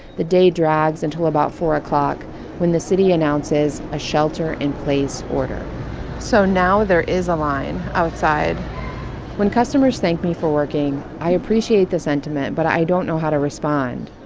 the day drags until about four o'clock when the city announces a shelter-in-place order so now there is a line outside when customers thank me for working, i appreciate the sentiment, but i don't know how to respond.